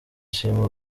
ishima